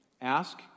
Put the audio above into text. Ask